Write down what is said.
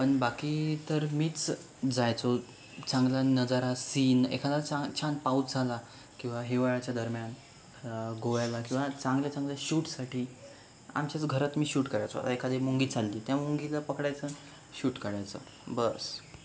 पण बाकी तर मीच जायचो चांगला नजारा सीन एखादा चांगला छान पाऊस झाला किंवा हिवाळ्याच्या दरम्यान गोव्याला किंवा चांगल्या चांगल्या शूटसाठी आमच्याच घरात मी शूट करायचो घरात एखादी मुंगी चालली त्या मुंगीला पकडायचं आणि शूट करायचं बस